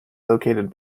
located